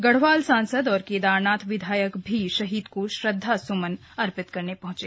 गढ़वाल सांसद और केदारनाथ विधायक ने भी शहीद को श्रद्वास्मन अर्पित किये